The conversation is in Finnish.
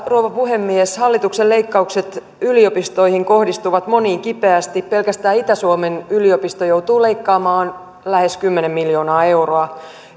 rouva puhemies hallituksen leikkaukset yliopistoihin kohdistuvat moniin kipeästi pelkästään itä suomen yliopisto joutuu leikkaamaan lähes kymmenen miljoonaa euroa